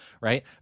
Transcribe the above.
right